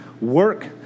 work